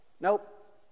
Nope